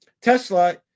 Tesla